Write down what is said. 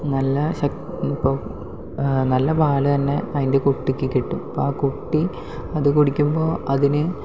നല്ല ഇപ്പോൾ നല്ല പാലുതന്നെ അതിൻ്റെ കുട്ടിക്ക് കിട്ടും അപ്പോൾ ആ കുട്ടി അത് കുടിക്കുമ്പോൾ അതിന്